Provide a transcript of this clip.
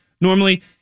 normally